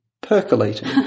percolating